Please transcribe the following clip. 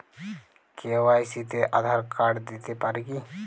KYC তে Aadhaar card দিতে পারি কি?